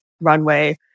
runway